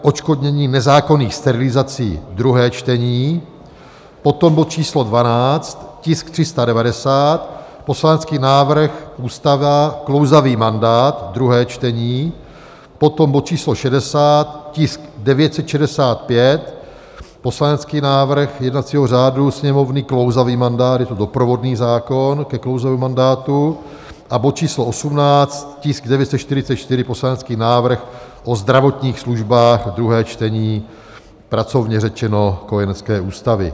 Odškodnění nezákonných sterilizací, druhé čtení, potom bod číslo 12, tisk 390, poslanecký návrh Ústava, klouzavý mandát, druhé čtení, potom bod číslo 60, tisk 965, poslanecký návrh jednacího řádu Sněmovny, klouzavý mandát, je to doprovodný zákon ke klouzavému mandátu, a bod číslo 18, tisk 944, poslanecký návrh O zdravotních službách, druhé čtení, pracovně řečeno, kojenecké ústavy.